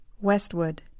Westwood